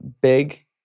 big